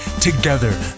Together